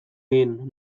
egin